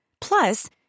Plus